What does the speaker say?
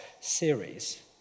series